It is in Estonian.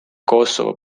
kosovo